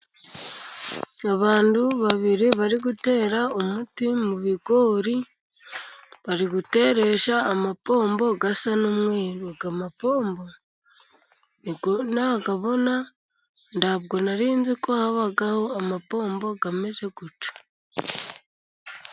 Abantu babiri bari gutera umuti mu bigori, bari guteresha amapombo asa n'umweru. Aya mapombo nibwo nayabona, ntabwo nari nzi ko habagaho amapombo ameze gutya.